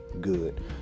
good